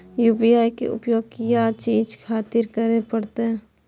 UPI के उपयोग किया चीज खातिर करें परे छे?